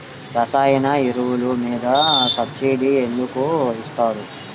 రసాయన ఎరువులు మీద సబ్సిడీ ఎందుకు ఇస్తారు?